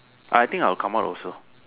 I think I'll come out also